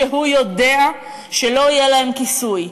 כשהוא יודע שלא יהיה להם כיסוי,